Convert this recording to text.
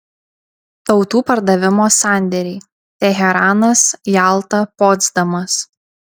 tautų pardavimo sandėriai teheranas jalta potsdamas